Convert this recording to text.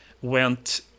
went